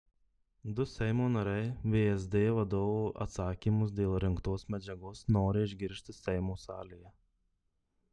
du seimo nariai vsd vadovo atsakymus dėl rinktos medžiagos nori išgirsti seimo salėje